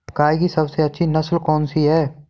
गाय की सबसे अच्छी नस्ल कौनसी है?